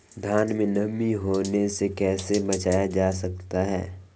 धान में नमी होने से कैसे बचाया जा सकता है?